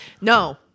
No